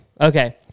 Okay